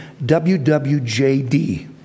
WWJD